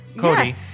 Cody